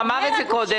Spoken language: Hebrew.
הוא אמר את זה קודם.